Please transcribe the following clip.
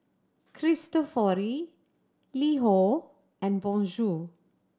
Cristofori LiHo and Bonjour